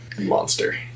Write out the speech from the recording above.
monster